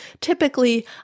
Typically